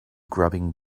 grubbing